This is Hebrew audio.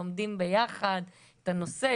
לומדים ביחד את הנושא.